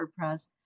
wordpress